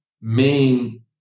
main